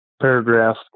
paragraph